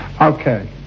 Okay